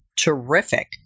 Terrific